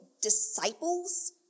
disciples